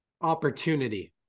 Opportunity